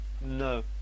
No